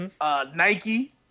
Nike